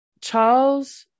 Charles